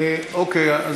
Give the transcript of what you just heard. אוקיי.